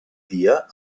dia